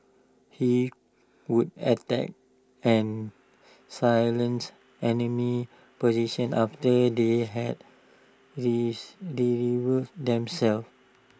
he would attack and silence enemy positions after they had this revealed themselves